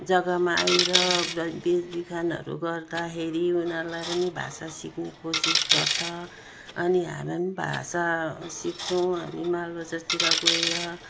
जग्गामा आएर बेचबिखनहरू गर्दाखेरि उनीहरूले पनि भाषा सिक्ने कोसिस गर्छ अनि हामी पनि भाषा सिक्छौँ हामी मालबजारतिर गएर